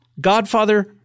Godfather